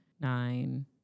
nine